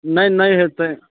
नहि नहि नहि हेतै